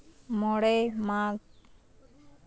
ᱢᱚᱬᱮᱭ ᱢᱟᱜᱽ